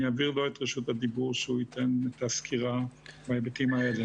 אני אעביר לו את רשות הדיבור שהוא ייתן את הסקירה בהיבטים האלה.